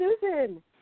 Susan